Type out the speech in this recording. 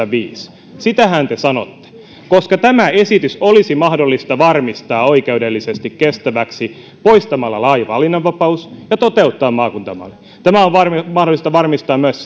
viis sitähän te sanotte koska tämä esitys olisi mahdollista varmistaa oikeudellisesti kestäväksi poistamalla laaja valinnanvapaus ja toteuttamalla maakuntamalli tämä on mahdollista varmistaa myös